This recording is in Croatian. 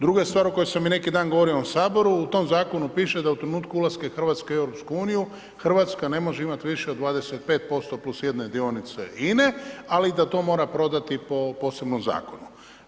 Druga stvar o kojoj sam i neki dan govorio u ovom Saboru, u tom Zakonu piše da u trenutku ulaska Hrvatske u EU Hrvatska ne može imati više od 25% plus jedne dionice INA-e, ali da to mora prodati po posebnom Zakonu.